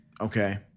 Okay